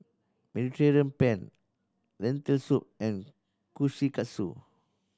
Mediterranean Penne Lentil Soup and Kushikatsu